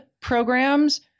programs